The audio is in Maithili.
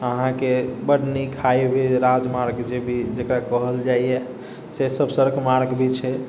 अहाँके बड़ नीक हाईवे राजमार्ग जे भी जकरा कहल जाइए से सब सड़क मार्ग भी छै